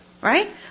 Right